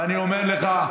ואני אומר לך,